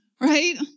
Right